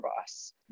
boss